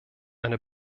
eine